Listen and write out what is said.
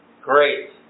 great